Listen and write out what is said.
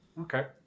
Okay